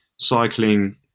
cycling